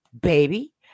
Baby